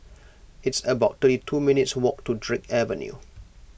it's about thirty two minutes' walk to Drake Avenue